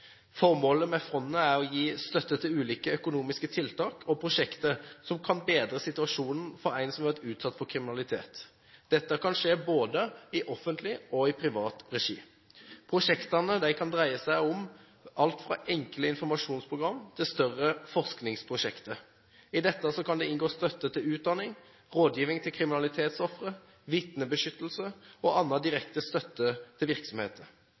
Formålet med fondet er å gi støtte til ulike økonomiske tiltak og prosjekter som kan bedre situasjonen for en som har vært utsatt for kriminalitet. Dette kan skje i både offentlig og privat regi. Prosjektene kan dreie seg om alt fra enkle informasjonsprogram til større forskningsprosjekter. I dette kan det inngå støtte til utdanning, rådgivning til kriminalitetsofre, vitnebeskyttelse og annen direkte støtte til virksomheter.